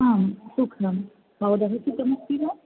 आं सुखं भवतः सुखमस्ति वा